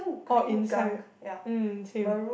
orh inside um same